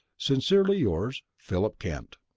sincerely yours, philip kent.